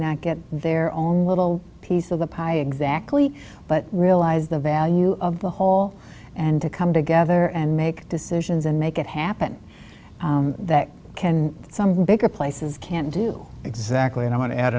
not get their own little piece of the pie exactly but realize the value of the hall and to come together and make decisions and make it happen that can some bigger places can do exactly and i want to add